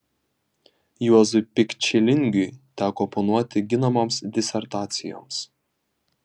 juozui pikčilingiui teko oponuoti ginamoms disertacijoms